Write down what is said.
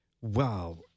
wow